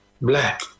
black